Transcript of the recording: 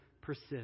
persist